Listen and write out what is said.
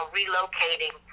relocating